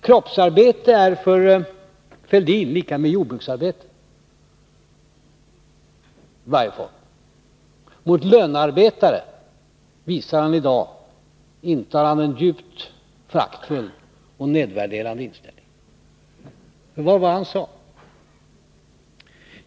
Kroppsarbete är för Thorbjörn Fälldin lika med jordbruksarbete. Mot lönearbetare intar han i dag en djupt föraktfull och nedvärderande inställning. Vad var det han sade?